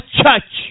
church